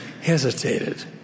hesitated